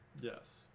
Yes